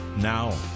now